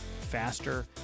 faster